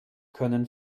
können